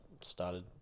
started